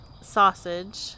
sausage